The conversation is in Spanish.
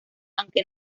aunque